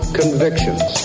convictions